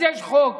אז יש חוק